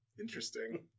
Interesting